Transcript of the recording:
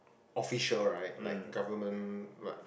official right like government like